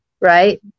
right